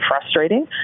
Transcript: frustrating